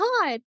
God